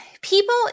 People